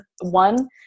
one